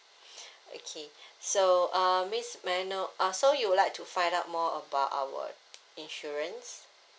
okay so err miss may I know uh so you would like to find out more about our insurance